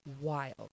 wild